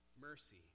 mercy